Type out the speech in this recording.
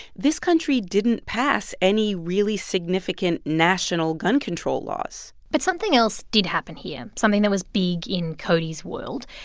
this country didn't pass any really significant, national gun-control laws but something else did happen here, something that was big in cody's world.